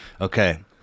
Okay